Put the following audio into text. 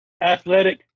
athletic